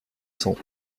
cents